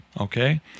okay